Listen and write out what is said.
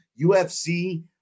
UFC